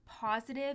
positive